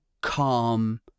calm